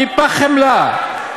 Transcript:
טיפת חמלה.